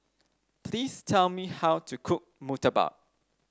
please tell me how to cook Murtabak